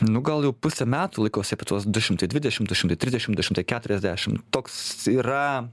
nu gal jau pusę metų laikosi apie tuos du šimtai dvidešimt du šimtai trisdešimt du šimtai keturiasdešimt toks yra